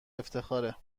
افتخاره